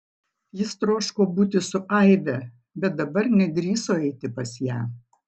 jis troško būti su aive bet dabar nedrįso eiti pas ją